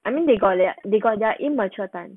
I mean they got they got their immature time